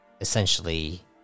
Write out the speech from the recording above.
essentially